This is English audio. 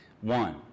One